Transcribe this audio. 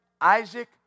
Isaac